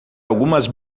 algumas